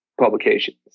publications